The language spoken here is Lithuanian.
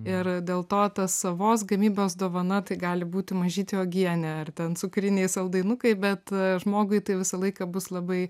ir dėl to ta savos gamybos dovana tai gali būti mažytė uogienė ar ten cukriniai saldainukai bet žmogui tai visą laiką bus labai